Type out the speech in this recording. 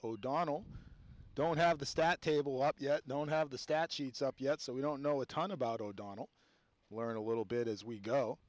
o'donnell don't have the stat table up yet don't have the stats sheets up yet so we don't know a ton about o'donnell learn a little bit as we go